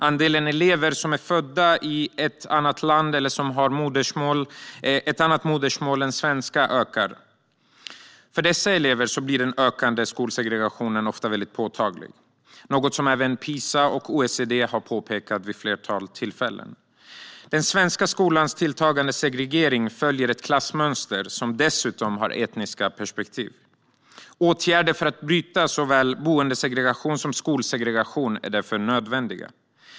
Andelen elever som är födda i ett annat land eller som har ett annat modersmål än svenska ökar. För dessa elever blir den ökande skolsegregationen ofta väldigt påtaglig, något som även PISA-undersökningen och OECD har påvisat vid ett flertal tillfällen. Den svenska skolans tilltagande segregering följer ett klassmönster, som dessutom har etniska perspektiv. Åtgärder för att bryta såväl boendesegregation som skolsegregation är därför nödvändiga.